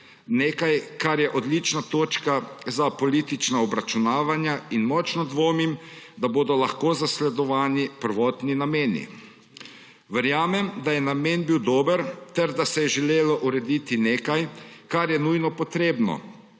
nekaj, kar je odlična točka za politično obračunavanja, in močno dvomim, da bodo lahko zasledovani prvotni nameni. Verjamem, da je namen bil dober ter da se je želelo urediti nekaj, kar je nujno potrebno,